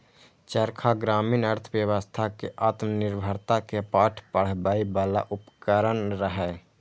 चरखा ग्रामीण अर्थव्यवस्था कें आत्मनिर्भरता के पाठ पढ़बै बला उपकरण रहै